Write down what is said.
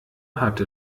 hatte